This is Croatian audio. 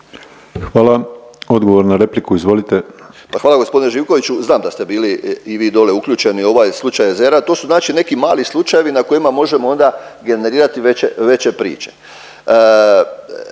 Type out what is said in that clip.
Hvala. Odgovor na repliku, izvolite. **Ledenko, Ivica (MOST)** Pa hvala gospodine Živkoviću. Znam da ste bili i vi dolje uključeni u ovaj slučaj Jezera. To su znači neki mali slučajevi na kojima možemo onda generirati veće, veće